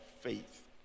faith